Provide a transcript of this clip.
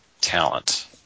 talent